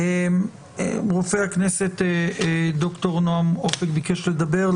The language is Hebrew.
רופא הכנסת ד"ר נעם אופק ביקש לדבר.